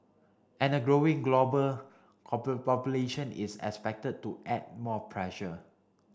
and a growing global population is expected to add more pressure